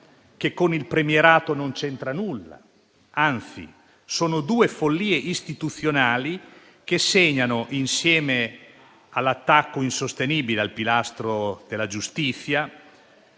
che con il premierato non c'entra nulla, anzi sono due follie istituzionali, insieme all'attacco insostenibile al pilastro della giustizia.